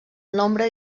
nombre